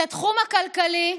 את התחום הכלכלי,